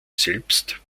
selbst